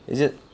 is it